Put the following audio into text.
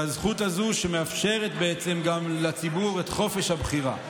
והזכות הזו שמאפשרת בעצם גם לציבור את חופש הבחירה,